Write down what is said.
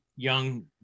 Young